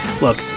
look